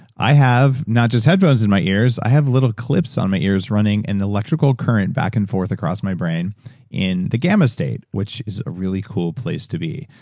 i have not just headphones in my ears, i have little clips on my ears running an electrical current back and forth across my brain in the gamma state, which is a really cool place to be.